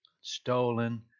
stolen